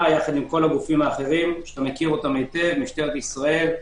יחד עם כל הגופים האחרים משטרת ישראל,